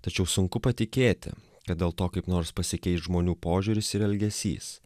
tačiau sunku patikėti kad dėl to kaip nors pasikeis žmonių požiūris ir elgesys